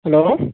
hello